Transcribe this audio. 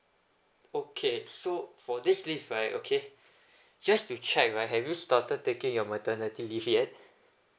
okay so for this leave okay just to check right have you started taking your maternity leave yet